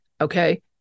okay